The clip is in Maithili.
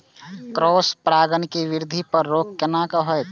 क्रॉस परागण के वृद्धि पर रोक केना होयत?